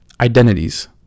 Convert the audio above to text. identities